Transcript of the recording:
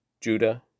Judah